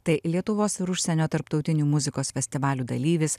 tai lietuvos ir užsienio tarptautinių muzikos festivalių dalyvis